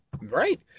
Right